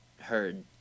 heard